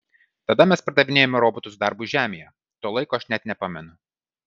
tada mes pardavinėjome robotus darbui žemėje to laiko aš net nepamenu